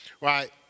right